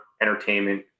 entertainment